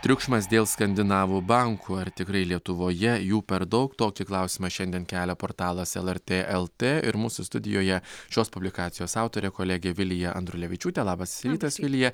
triukšmas dėl skandinavų bankų ar tikrai lietuvoje jų per daug tokį klausimą šiandien kelia portalas lrt lt ir mūsų studijoje šios publikacijos autorė kolegė vilija andrulevičiūtė labas rytas vilija